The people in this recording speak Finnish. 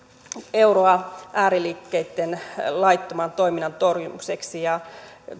euroa ääriliikkeitten laittoman toiminnan torjumiseksi ja